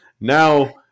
now